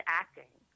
acting